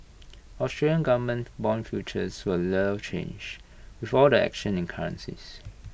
Australian government Bond futures were little change with all the action in currencies